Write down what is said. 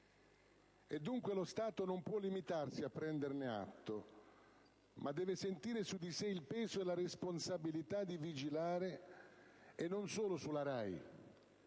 Dunque, lo Stato non può limitarsi a prenderne atto, ma deve sentire su di sé il peso e la responsabilità di vigilare, e non solo sulla RAI,